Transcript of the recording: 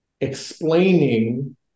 explaining